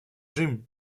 джим